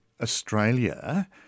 Australia